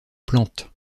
plantes